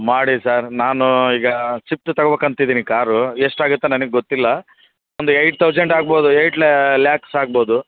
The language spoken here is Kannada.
ಮಾಡಿ ಸರ್ ನಾನು ಈಗ ಸಿಫ್ಟ್ ತಗೋ ಬೇಕಂತಿದ್ದೀನಿ ಕಾರೂ ಎಷ್ಟು ಆಗತ್ತೆ ನನಗೆ ಗೊತ್ತಿಲ್ಲ ಒಂದು ಏಯ್ಟ್ ತೌಸಂಡ್ ಆಗ್ಬೋದು ಏಯ್ಟ್ ಲ್ಯಾಕ್ಸ್ ಆಗ್ಬೋದು